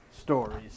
stories